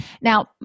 Now